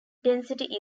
density